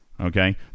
Okay